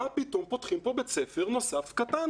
מה פתאום פותחים פה בית ספר נוסף קטן?